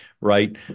right